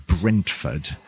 Brentford